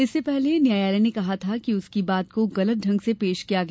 इससे पहले न्यायालय ने कहा था कि उसकी बात को गलत ढंग से पेश किया गया